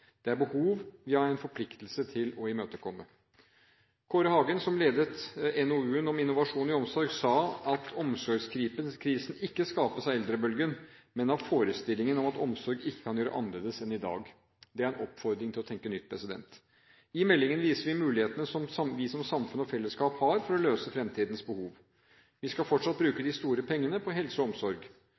Det er behov vi har en forpliktelse til å imøtekomme. Kåre Hagen, som ledet arbeidet med NOU-en om Innovasjon i omsorg, sa: «Omsorgskrisen skapes ikke av eldrebølgen. Den skapes av forestillingen om at omsorg ikke kan gjøres annerledes enn i dag.» Det er en oppfordring til å tenke nytt. I meldingen viser vi mulighetene som vi som samfunn og felleskap har for å løse fremtidens behov. Vi skal fortsatt bruke de store pengene på helse og omsorg.